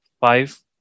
five